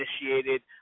initiated